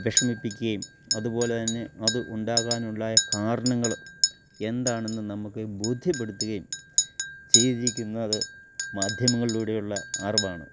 വിഷമിപ്പിക്കുകയും അതുപോലെ തന്നെ അത് ഉണ്ടാകാനുണ്ടായ കാരണങ്ങള് എന്താണെന്ന് നമ്മള്ക്ക് ബോധ്യപ്പെടുത്തുകയും ചെയ്തിരിക്കുന്നത് മാധ്യമങ്ങളിലൂടെയുള്ള അറിവാണ്